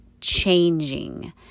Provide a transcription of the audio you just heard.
changing